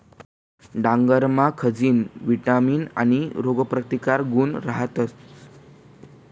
डांगरमा खनिज, विटामीन आणि रोगप्रतिकारक गुण रहातस